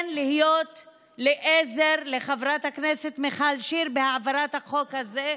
כן להיות לעזר לחברת הכנסת מיכל שיר בהעברת החוק הזה,